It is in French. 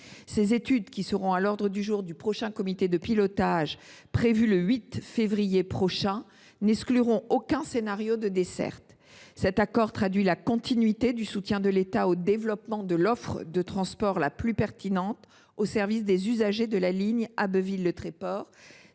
Ces études, qui seront à l’ordre du jour du prochain comité de pilotage prévu le 8 février, n’excluront aucun scénario de desserte. Cet accord traduit la continuité du soutien de l’État au développement de l’offre de transports la plus pertinente au service des usagers de la ligne Abbeville Le Tréport,